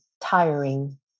Tiring